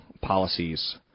policies